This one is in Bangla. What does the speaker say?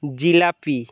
জিলিপি